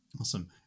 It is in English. Awesome